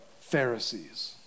Pharisees